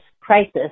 crisis